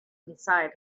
inside